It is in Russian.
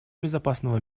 безопасного